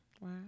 Wow